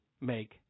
make